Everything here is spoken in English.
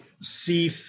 see